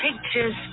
pictures